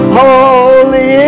holy